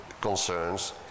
concerns